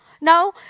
no